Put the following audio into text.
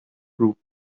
group